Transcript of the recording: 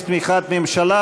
יש תמיכת ממשלה.